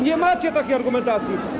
Nie macie takiej argumentacji.